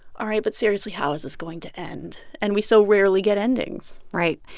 all right but seriously, how is this going to end? and we so rarely get endings right.